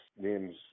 names